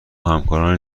همکارانی